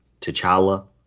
T'Challa